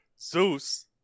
Zeus